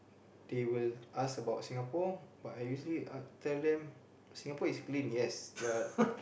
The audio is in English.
they will ask about Singapore but I usually ask tell them Singapore is clean yes but